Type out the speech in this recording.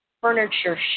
furniture